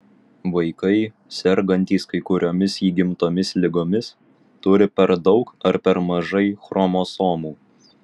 vaikai sergantys kai kuriomis įgimtomis ligomis turi per daug ar per mažai chromosomų